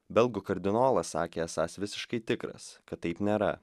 belgų kardinolas sakė esąs visiškai tikras kad taip nėra